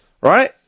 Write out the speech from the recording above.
right